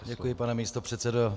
Děkuji, pane místopředsedo.